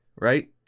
Right